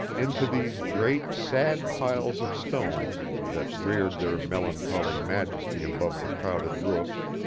into these great, sad piles of stones, that reared their melancholy majesty above the crowded roofs,